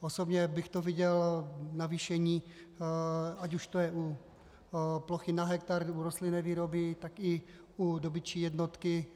Osobně bych viděl navýšení ať už to je u platby na hektar nebo rostlinné výroby, tak i u dobytčí jednotky